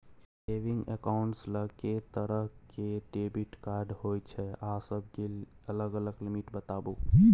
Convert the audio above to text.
Saving accounts ल के तरह के डेबिट कार्ड होय छै आ सब के अलग अलग लिमिट बताबू?